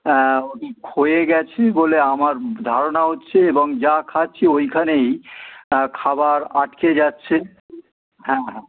হ্যাঁ ওটি ক্ষয়ে গিয়েছে বলে আমার ধারণা হচ্ছে এবং যা খাচ্ছি ওখানেই খাবার আটকে যাচ্ছে হ্যাঁ হ্যাঁ